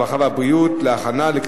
הרווחה והבריאות נתקבלה.